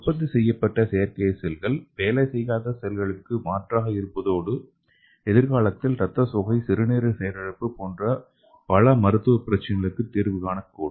உற்பத்தி செய்யப்பட்ட செயற்கை செல்கள் வேலை செய்யாத செல்களுக்கு மாற்றாக இருப்பதோடு எதிர்காலத்தில் ரத்தசோகை சிறுநீரக செயலிழப்பு போன்ற பல மருத்துவ பிரச்சினைகளுக்கு தீர்வு காண கூடும்